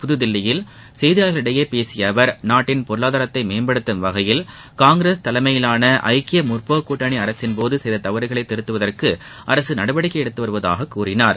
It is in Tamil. புதுதில்லியில் செய்தியாளர்களிடம் பேசிய அவர் நாட்டின் பொருளாதாரத்தை மேம்படுத்தும் வகையில் காங்கிரஸ் தலைமையிலான ஐக்கிய முற்போக்கு கூட்டணி அரசின்போது செய்த தவறுகளை திருத்துவதற்கு அரசு நடவடிக்கை எடுத்து வருவதாக கூறினார்